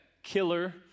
Killer